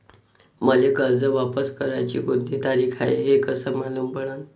मले कर्ज वापस कराची कोनची तारीख हाय हे कस मालूम पडनं?